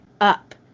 Up